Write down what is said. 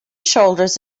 shoulders